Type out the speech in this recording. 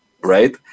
right